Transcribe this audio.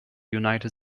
united